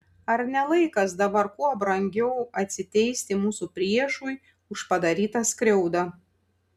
ar ne laikas dabar kuo brangiau atsiteisti mūsų priešui už padarytą skriaudą